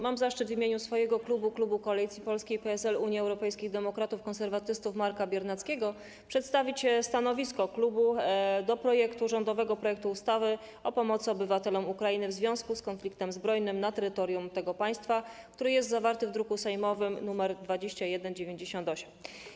Mam zaszczyt w imieniu swojego klubu, klubu Koalicji Polskiej - PSL, Unii Europejskich Demokratów, Konserwatystów Marka Biernackiego, przedstawić stanowisko klubu dotyczące rządowego projektu ustawy o zmianie ustawy o pomocy obywatelom Ukrainy w związku z konfliktem zbrojnym na terytorium tego państwa, który jest zawarty w druku sejmowym nr 2198.